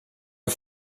een